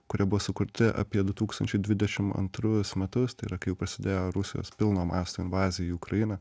kurie buvo sukurti apie du tūkstančiai dvidešim antrus metus tai yra kai jau prasidėjo rusijos pilno masto invazija į ukrainą